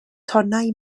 tonnau